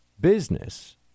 business